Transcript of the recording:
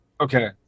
Okay